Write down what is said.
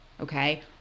okay